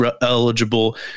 eligible